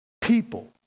people